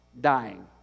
dying